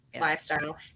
lifestyle